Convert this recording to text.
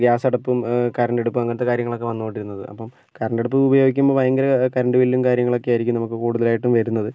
gas അടുപ്പും കറണ്ടടുപ്പും അങ്ങനത്തെ കാര്യങ്ങളൊക്കെ വന്നു കൊണ്ടിരുന്നത് അപ്പം കറണ്ടടുപ്പ് ഉപയോഗിക്കുമ്പോൾ ഭയങ്കര കറണ്ട് ബില്ലും കാര്യങ്ങളൊക്കെ ആയിരിക്കും നമുക്ക് കൂടുതലായിട്ടും വരുന്നത്